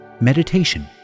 Meditation